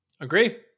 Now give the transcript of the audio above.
Agree